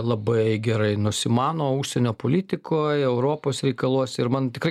labai gerai nusimano užsienio politikoj europos reikaluose ir man tikrai